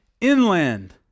inland